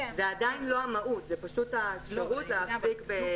זו עדיין לא המהות, זו פשוט האפשרות להחזיק.